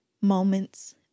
moments